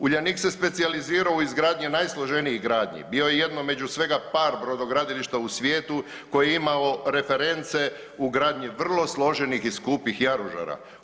Uljanik se specijalizirao u izgradnji najsloženijih gradnji, bio jedno među svega par brodogradilišta u svijetu koji je imao reference u gradnji vrlo složenih i skupih jaružara.